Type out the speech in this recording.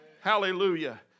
Hallelujah